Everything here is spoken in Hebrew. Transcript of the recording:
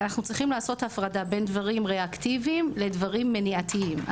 צריכים לעשות הפרדה בין דברים רה-אקטיביים לדברים מניעתיים.